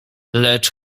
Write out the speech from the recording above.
lecz